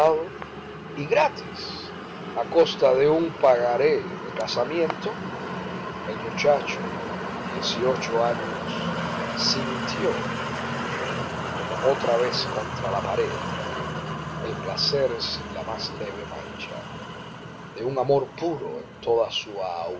y gratis a costa de un pagaré de casamiento el muchacho de años sintió como otra vez contra la pared el placer sin la más leve mancha de un amor puro en toda su